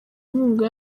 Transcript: inkunga